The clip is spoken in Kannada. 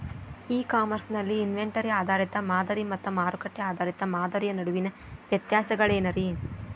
ಇ ಕಾಮರ್ಸ್ ನಲ್ಲಿ ಇನ್ವೆಂಟರಿ ಆಧಾರಿತ ಮಾದರಿ ಮತ್ತ ಮಾರುಕಟ್ಟೆ ಆಧಾರಿತ ಮಾದರಿಯ ನಡುವಿನ ವ್ಯತ್ಯಾಸಗಳೇನ ರೇ?